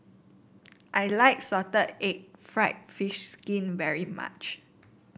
I like Salted Egg fried fish skin very much